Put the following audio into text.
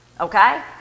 Okay